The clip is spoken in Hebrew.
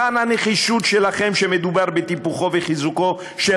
הנחישות שלכם כשמדובר בטיפוחו וחיזוקו של